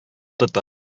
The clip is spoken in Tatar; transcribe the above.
тота